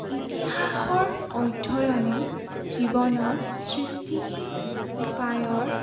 ইতিহাসৰ অধ্যয়নে জীৱনৰ সৃষ্টিশীল উপায়ৰ